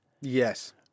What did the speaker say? Yes